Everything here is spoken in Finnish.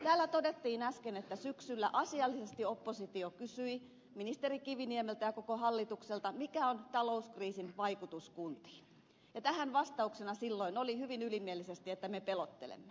täällä todettiin äsken että syksyllä asiallisesti oppositio kysyi ministeri kiviniemeltä ja koko hallitukselta mikä on talouskriisin vaikutus kuntiin ja tähän vastauksena silloin oli hyvin ylimielisesti että me pelottelemme